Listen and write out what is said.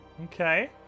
Okay